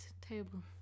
table